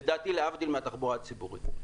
לדעתי להבדיל מהתחבורה הציבורית.